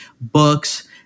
books